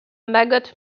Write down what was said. maggot